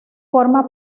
forma